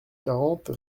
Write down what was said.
quarante